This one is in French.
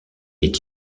est